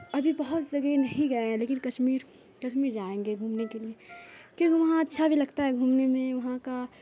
ابھی بہت جگہ نہیں گئے ہیں لیکن کشمیر کشمیر جائیں گے گھومنے کے لیے کیونکہ وہاں اچھا بھی لگتا ہے گھومنے میں وہاں کا